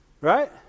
Right